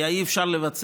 לא היה אפשר לבצע?